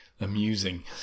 amusing